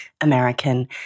American